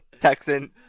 Texan